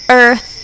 earth